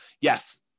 yes